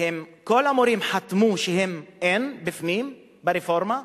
כל המורים חתמו שהם in, בפנים, ברפורמה,